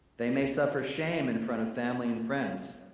the may suffer shame in front of family and friends.